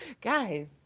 guys